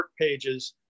pages